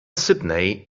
sydney